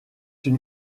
une